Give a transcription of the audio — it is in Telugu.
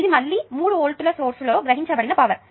ఇది మళ్ళీ మూడు వోల్ట్ సోర్స్ లో గ్రహించబడిన పవర్